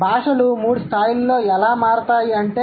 భాషలు మూడు స్థాయిలలో ఎలా మారుతాయి అంటే